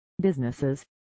businesses